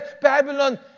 Babylon